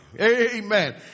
Amen